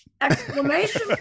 exclamation